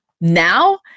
Now